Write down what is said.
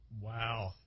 Wow